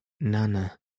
Nana